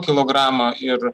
kilogramą ir